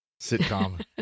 sitcom